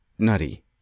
nutty